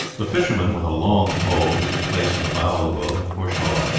the fisherman with a long pole took his place in the bow of the boat and pushed off.